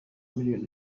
miliyoni